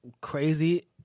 crazy